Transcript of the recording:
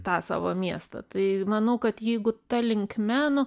tą savo miestą tai manau kad jeigu ta linkme nu